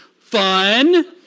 fun